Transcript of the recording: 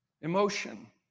Emotion